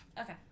okay